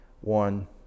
One